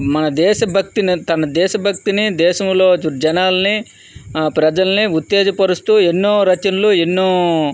మన దేశభక్తిని తన దేశభక్తిని దేశంలో జనాల్ని ప్రజల్ని ఉత్తేజపరుస్తూ ఎన్నో రచనలు ఎన్నో